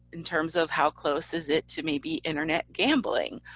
in terms of how close is it to maybe internet gambling.